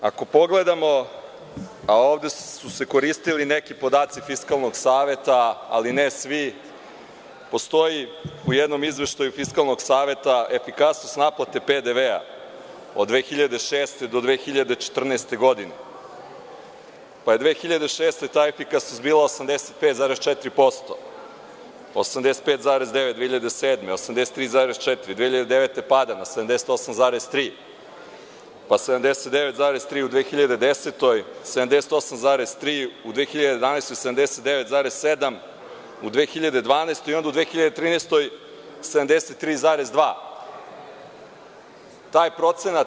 Ako pogledamo, a ovde su se koristili neki podaci Fiskalnog saveta, ali ne svi, postoji u jednom izveštaju Fiskalnog saveta efikasnost naplate PDV-a od 2006. do 2014. godine, pa je 2006. godine ta efikasnost bila 85,4%, 85,9% 2007. godine, 83,4%, 2009. godine pada na 78,3%, pa 79,3% u 2010. godini, 78,3% u 2011. godini, 79,7% u 2012. godini i onda u 2013. godini 73,2%